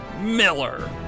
Miller